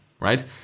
right